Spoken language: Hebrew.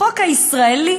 החוק הישראלי